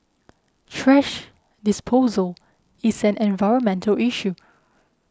thrash disposal is an environmental issue